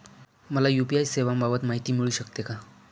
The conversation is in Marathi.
मला यू.पी.आय सेवांबाबत माहिती मिळू शकते का?